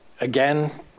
again